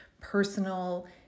personal